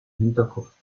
hinterkopf